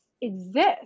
exist